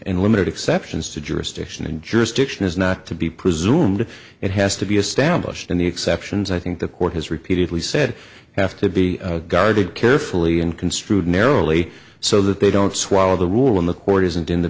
and limited exceptions to jurisdiction and jurisdiction is not to be presumed it has to be established in the exceptions i think the court has repeatedly said have to be guarded carefully and construed narrowly so that they don't swallow the rule when the court isn't in the